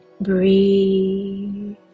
Breathe